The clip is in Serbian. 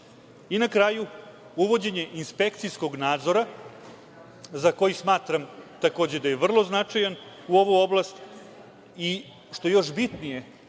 kraju, uvođenje inspekcijskog nadzora, za koji smatram takođe da je vrlo značajan, u ovu oblast i, što je još bitnije,